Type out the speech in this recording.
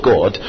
God